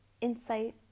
insight